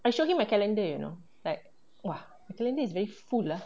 I show him my calender you know like !wah! my calender is very full lah